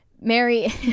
mary